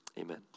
Amen